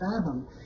fathom